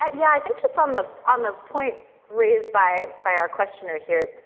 yeah yeah, i think just on the on the point raised by by our questioner here,